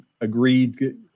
agreed